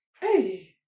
Hey